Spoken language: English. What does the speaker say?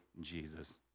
Jesus